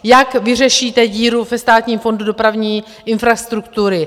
Jak vyřešíte díru ve Státním fondu dopravní infrastruktury?